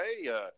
Hey